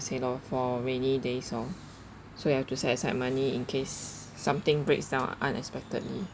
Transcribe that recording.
say lor for rainy days orh so you have to set aside money in case something breaks down unexpectedly